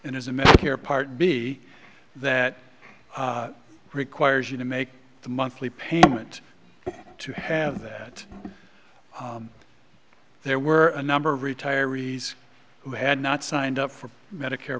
and is a medicare part b that requires you to make the monthly payment to have that there were a number of retirees who had not signed up for medicare